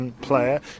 player